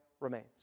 remains